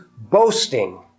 boasting